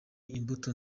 imbuto